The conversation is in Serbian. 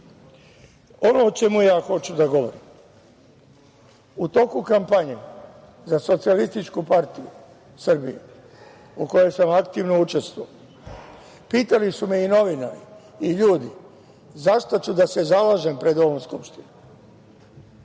se. Ono o čemu ja hoću da govorim, u toku kampanje za Socijalističku partiju Srbije u kojoj sam aktivno učestvovao pitali su me i novinari i ljudi za šta ću da se zalažem pred ovom Skupštinom,